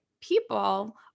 people